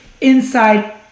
inside